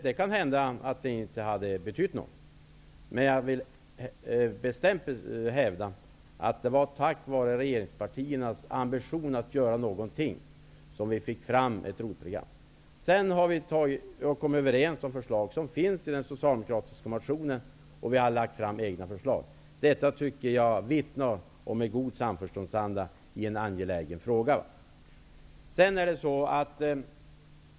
Det kan hända att hans närvaro inte hade betytt något, men jag vill bestämt hävda att det var tack vare regeringspartiernas ambition att göra någonting som vi fick fram ett ROT-program. Därefter har vi kommit överens om förslag som finns i den socialdemokratiska motionen, och vi har lagt fram egna förslag. Detta tycker jag vittnar om en god samförståndsanda i en angelägen fråga.